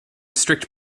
strict